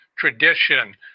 Tradition